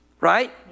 Right